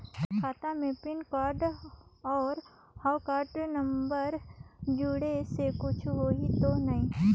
खाता मे PAN card और हव कारड नंबर जोड़े से कुछ होही तो नइ?